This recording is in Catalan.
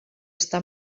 està